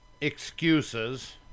excuses